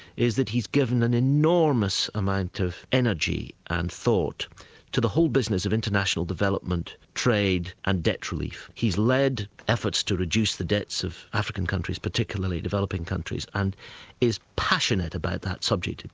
is that he's given an enormous amount of energy and thought to the whole business of international development, trade and debt relief. he's led efforts to reduce the debts of african countries particularly, developing countries, and is passionate about that subject.